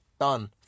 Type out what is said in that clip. Done